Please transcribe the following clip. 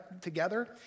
together